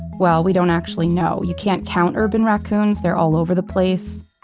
well, we don't actually know. you can't count urban raccoons, they're all over the place.